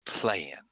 playing